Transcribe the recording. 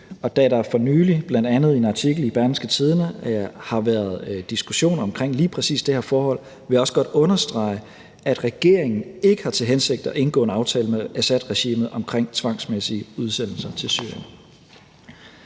da der for nylig, bl.a. i en artikel i Berlingske, har været diskussion om lige præcis det her forhold, vil jeg også godt understrege, at regeringen ikke har til hensigt at indgå en aftale med Assadregimet omkring tvangsmæssige udsendelser til Syrien.